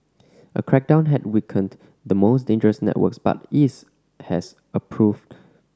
a crackdown had weakened the most dangerous networks but is has proved